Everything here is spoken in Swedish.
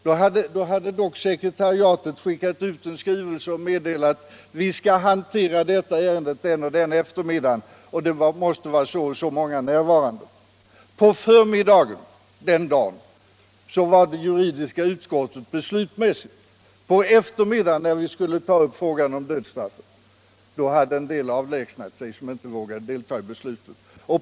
Då hade dock sekretariatet skickat ut en skrivelse och meddelat: Vi skall behandla detta ärende den och den eftermiddagen, och så och så många måste vara närvarande. På förmiddagen den dagen var det juridiska utskottet beslutsmässigt. På eftermiddagen, när frågan om dödsstraffet skulle tas upp, hade en del avlägsnat sig som inte vågade delta i beslutet.